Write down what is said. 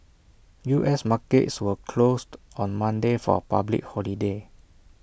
U S markets were closed on Monday for A public holiday